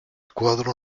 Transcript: cuadro